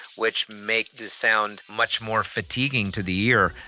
which make the sound much more fatiguing to the ear,